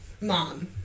mom